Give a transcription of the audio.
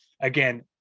again